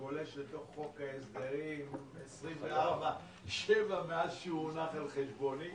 גולש לתוך חוק ההסדרים 24/7 מאז שהונח על שולחני,